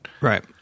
Right